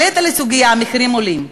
העלית לי סוגיה, המחירים עולים.